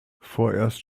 vorerst